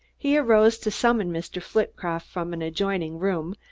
he arose to summon mr. flitcroft from an adjoining room,